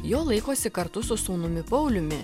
jo laikosi kartu su sūnumi pauliumi